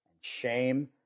shame